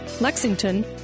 Lexington